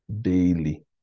daily